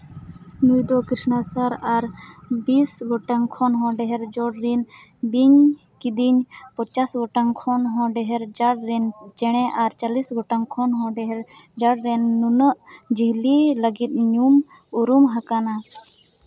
ᱱᱩᱭ ᱫᱚ ᱠᱨᱤᱥᱱᱚ ᱥᱟᱨ ᱟᱨ ᱵᱤᱥ ᱜᱚᱴᱟᱝ ᱠᱷᱚᱱ ᱦᱚᱸ ᱰᱷᱮᱨ ᱡᱚᱲ ᱨᱮᱱ ᱵᱤᱧ ᱠᱤᱫᱤᱧ ᱯᱚᱧᱪᱟᱥ ᱜᱚᱴᱟᱝ ᱠᱷᱚᱱ ᱦᱚᱸ ᱰᱷᱮᱨ ᱡᱟᱲ ᱪᱮᱬᱮ ᱟᱨ ᱪᱚᱞᱞᱤᱥ ᱜᱚᱴᱟᱝ ᱠᱷᱚᱱ ᱦᱚᱸ ᱰᱷᱮᱨ ᱡᱟᱲ ᱨᱮᱱ ᱱᱩᱱᱟᱹᱜ ᱡᱤᱭᱟᱹᱞᱤ ᱞᱟᱹᱜᱤᱫ ᱧᱩᱢ ᱩᱨᱩᱢ ᱟᱠᱟᱱᱟ